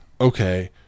okay